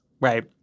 right